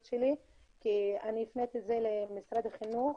שלי כי הפניתי את זה למשרד החינוך